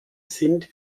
sind